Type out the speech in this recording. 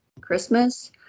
Christmas